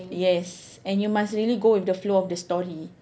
yes and you must really go with the flow of the story